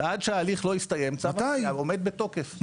ועד שההליך לא יסתיים צו המניעה עומד בתוקף.